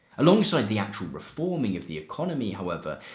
alongside the actual reforming of the economy, however,